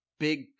big